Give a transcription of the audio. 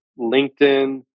LinkedIn